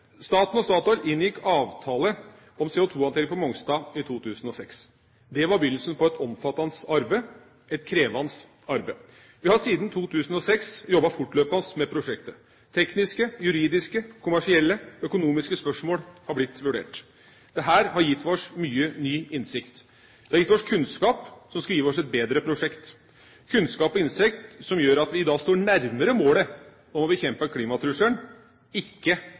Staten og Statoil inngikk avtale om CO2-håndtering på Mongstad i 2006. Det var begynnelsen på et omfattende arbeid – et krevende arbeid. Vi har siden 2006 jobbet fortløpende med prosjektet. Tekniske, juridiske, kommersielle og økonomiske spørsmål har blitt vurdert. Dette har gitt oss mye ny innsikt. Det har gitt oss kunnskap som kan gi oss et bedre prosjekt. Dette er kunnskap og innsikt som gjør at vi i dag står nærmere målet om å bekjempe klimatrusselen, ikke